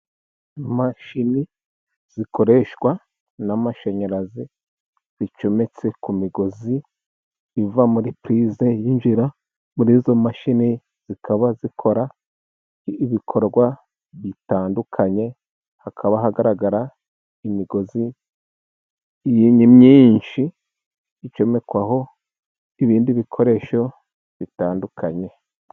Imashini zikoreshwa n'amashanyarazi, zicometse ku migozi iva muri purize yinjira muri izo mashini, zikaba zikora ibikorwa bitandukanye, hakaba hagaragara imigozi myinshi icomekwaho ibindi bikoresho bitandukanye.